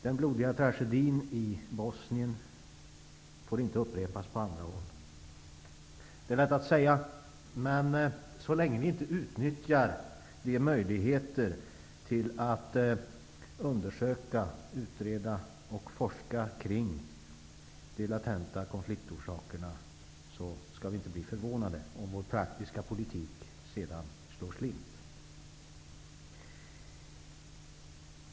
Den blodiga tragedin i Bosnien får inte upprepas på andra håll. Det är lätt att säga, men så länge vi inte utnyttjar de möjligheter att undersöka, utreda och forska kring de latenta konfliktorsakerna, skall vi inte bli förvånade om vår praktiska politik slår slint.